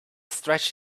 stretched